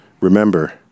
Remember